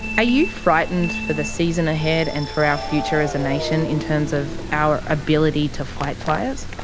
are you frightened for the season ahead and for our future as a nation in terms of our ability to fight fires?